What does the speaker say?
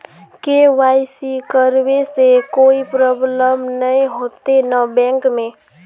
KYC करबे से कोई प्रॉब्लम नय होते न बैंक में?